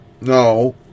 No